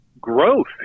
growth